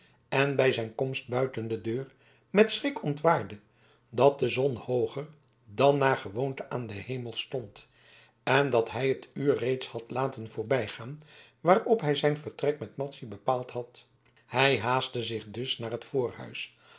en bij zijn komst buiten de deur met schrik ontwaarde dat de zon hooger dan naar gewoonte aan den hemel stond en dat hij het uur reeds had laten voorbijgaan waarop hij zijn vertrek met madzy bepaald had hij haastte zich dus naar het